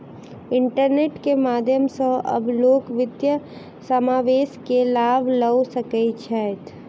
internet के माध्यम सॅ आब लोक वित्तीय समावेश के लाभ लअ सकै छैथ